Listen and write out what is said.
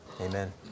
amen